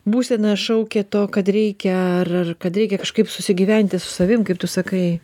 būsena šaukia to kad reikia ar ar kad reikia kažkaip susigyventi su savim kaip tu sakai